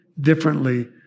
differently